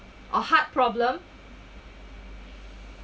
or heart problem